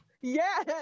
yes